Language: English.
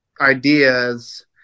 ideas